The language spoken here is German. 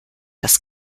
das